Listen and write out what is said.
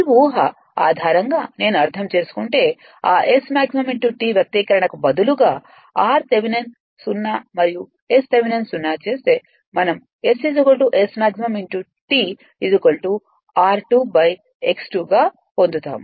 ఈ ఊహ ఆధారంగా నేను అర్థం చేసుకుంటే ఆ SmaxT వ్యక్తీకరణకు బదులుగా r థెవెనిన్ 0 మరియు Sథెవెనిన్ 0 చేస్తే మనం S Smax T r2 x 2 పొందుతారు